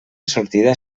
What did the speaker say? sortida